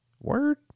word